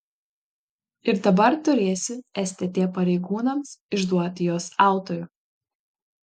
ir dabar turėsiu stt pareigūnams išduoti jos autorių